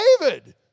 David